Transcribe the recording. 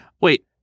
Wait